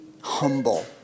humble